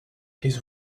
his